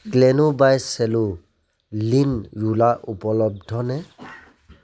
ক্লেনো বাই চেলো lint roller উপলব্ধনে